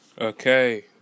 Okay